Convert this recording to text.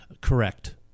correct